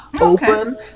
open